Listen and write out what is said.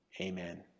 Amen